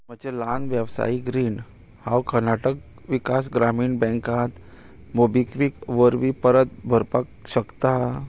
म्हजें ल्हान वेवसायीक रीण हांव कर्नाटक विकास ग्रामीण बँकांत मोबिक्वीक वरवीं परत भरपाक शकतां